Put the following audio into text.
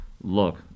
look